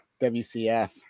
WCF